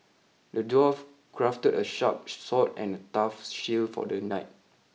the dwarf crafted a sharp sword and a tough shield for the knight